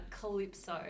Calypso